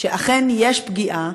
שאכן יש פגיעה,